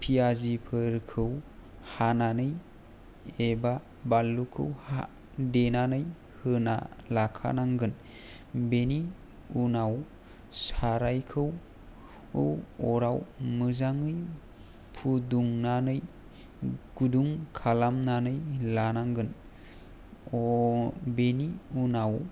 पियाजिफोरखौ हानानै एबा बानलुखौ हा देनानै होना लाखानांगोन बेनि उनाव सारायखौ खौ अराव मोजाङै फुदुंनानै गुदुं खालामनानै लानांगोन अ' बेनि उनाव